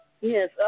Yes